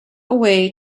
away